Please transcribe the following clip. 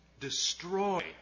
Destroy